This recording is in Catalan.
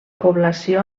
població